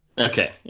Okay